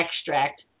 extract